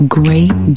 great